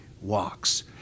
walks